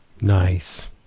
Nice